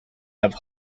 have